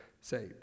saved